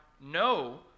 no